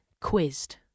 quizzed